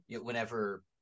whenever